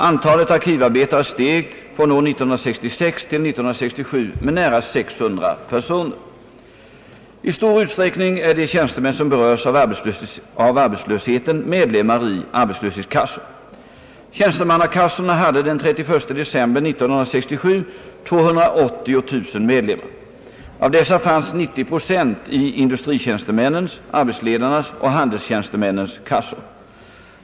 Antalet arkivarbetare steg från år 1966 till år 1967 med nära 600 personer. I stor utsträckning är de tjänstemän som berörs av arbetslösheten medlemmar i arbetslöshetskassor. Tjänstemannakassorna hade den 31 december 1967 280 000 medlemmar. Av dessa fanns 90 76 i industritjänstemännens, arbetsledarnas och handelstjänstemännens kassor.